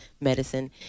medicine